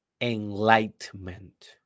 enlightenment